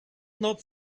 not